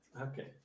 okay